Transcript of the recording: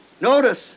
Notice